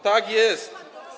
Tak jest.